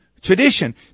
tradition